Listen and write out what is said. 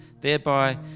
thereby